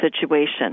situation